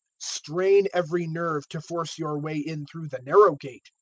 strain every nerve to force your way in through the narrow gate,